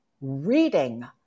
reading